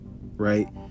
right